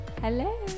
Hello